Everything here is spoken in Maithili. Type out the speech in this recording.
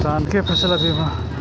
किसान कै फसल बीमा?